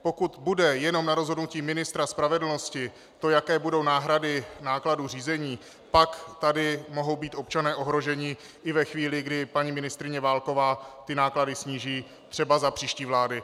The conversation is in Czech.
Pokud bude jenom na rozhodnutí ministra spravedlnosti to, jaké budou náhrady nákladů řízení, pak tady mohou být občané ohroženi i ve chvíli, kdy paní ministryně Válková ty náklady sníží, třeba za příští vlády.